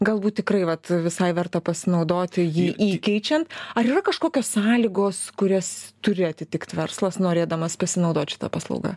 galbūt tikrai vat visai verta pasinaudoti jį įkeičiant ar yra kažkokios sąlygos kurias turi atitikt verslas norėdamas pasinaudot šita paslauga